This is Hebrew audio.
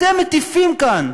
אתם מטיפים כאן,